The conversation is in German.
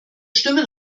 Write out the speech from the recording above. stimmen